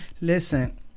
listen